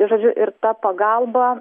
žodžiu ir ta pagalba